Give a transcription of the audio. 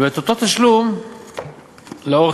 ואותו תשלום לעורך-דין,